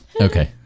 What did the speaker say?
Okay